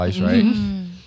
right